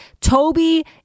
Toby